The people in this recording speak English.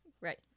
Right